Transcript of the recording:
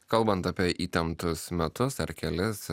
kalbant apie įtemptus metus ar kelis